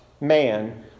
man